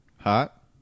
Hot